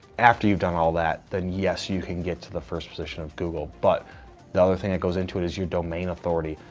after you've done all that, then yes, you can get to the first position of google, but the other thing that goes into it is your domain authority.